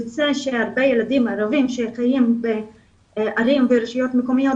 ויוצא שהרבה ילדים ערבים שמתגוררים בערים ורשויות מקומיות